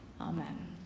Amen